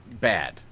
bad